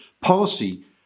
policy